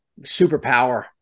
superpower